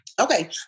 Okay